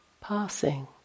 passing